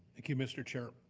thank you, mr. chair.